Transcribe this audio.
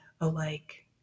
alike